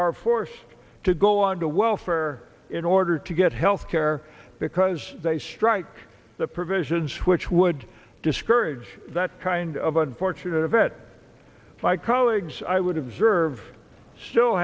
are forced to go on to welfare in order to get health care because they strike the provisions which would discourage that kind of unfortunate event my colleagues i would have